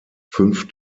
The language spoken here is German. fünf